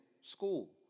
school